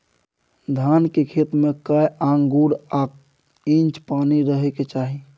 धान के खेत में कैए आंगुर आ इंच पानी रहै के चाही?